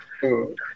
food